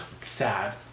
Sad